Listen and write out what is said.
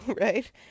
right